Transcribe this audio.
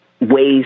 ways